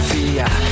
Fear